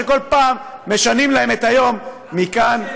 שכל פעם משנים להם את היום מכאן לשם.